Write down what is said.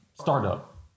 startup